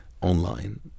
online